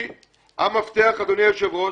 היא המפתח, אדוני היושב-ראש,